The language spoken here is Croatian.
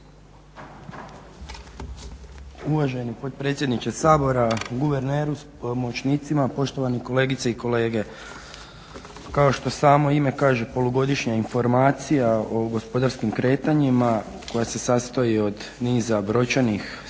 Uvaženi potpredsjedniče Sabora, guverneru s pomoćnicima, poštovane kolegice i kolege. Kao što samo ime kaže polugodišnja informacija o gospodarskim kretanjima koja se sastoji od niza brojčanih tabličnih